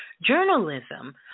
journalism